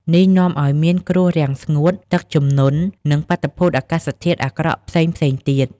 នេះនាំឱ្យមានគ្រោះរាំងស្ងួត ទឹកជំនន់ និងបាតុភូតអាកាសធាតុអាក្រក់ផ្សេងៗទៀត។